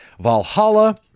Valhalla